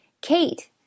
Kate